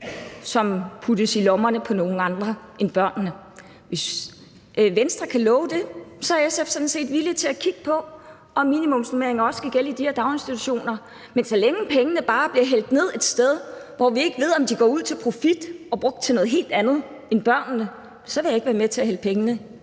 og putter dem i lommerne på nogle andre end børnene. Hvis Venstre kan love det, er SF sådan set villige til at kigge på, om minimumsnormeringer også skal gælde i de her daginstitutioner. Men så længe pengene bare bliver hældt ned et sted, hvor vi ikke ved, om de går til profit og bliver brugt til noget helt andet end på børnene, så vil jeg ikke være med til at hælde penge